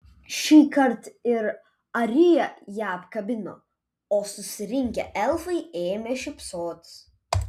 šįkart ir arija ją apkabino o susirinkę elfai ėmė šypsotis